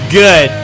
good